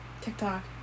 tiktok